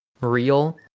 real